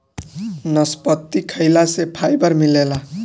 नसपति खाइला से फाइबर मिलेला